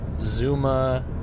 Zuma